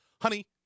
honey